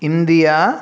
India